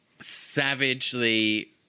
Savagely